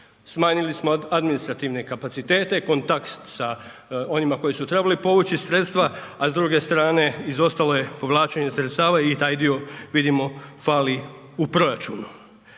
smanjili smo administrativne kapacitete, kontakt sa onima koji su trebali povući sredstva, a s druge strane izostalo je povlačenje sredstava i taj dio vidimo fali u proračunu